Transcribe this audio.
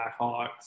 Blackhawks